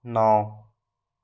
नौ